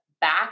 back